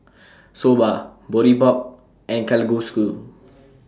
Soba Boribap and Kalguksu